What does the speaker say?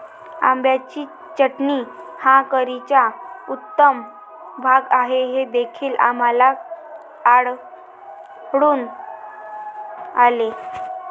आंब्याची चटणी हा करीचा उत्तम भाग आहे हे देखील आम्हाला आढळून आले